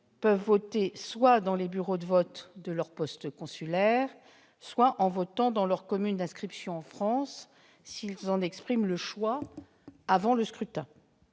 peuvent voter soit dans les bureaux de vote de leur poste consulaire, soit dans leur commune d'inscription en France, s'ils en expriment le choix avant le scrutin.